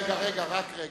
רק רגע.